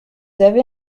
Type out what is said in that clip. avez